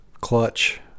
clutch